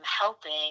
helping